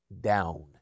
down